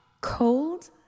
Cold